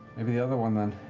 i mean the other one, then.